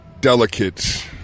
delicate